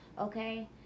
okay